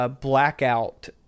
blackout